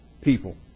people